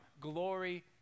glory